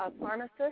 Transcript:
pharmacist